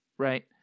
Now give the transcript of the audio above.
Right